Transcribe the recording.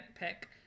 pick